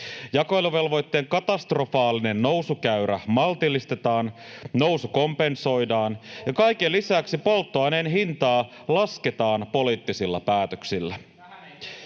Jakeluvelvoitteen katastrofaalinen nousukäyrä maltillistetaan, nousu kompensoidaan ja kaiken lisäksi polttoaineen hintaa lasketaan poliittisilla päätöksillä.